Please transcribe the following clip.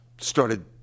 started